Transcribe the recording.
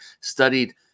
studied